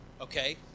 okay